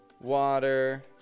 water